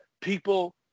people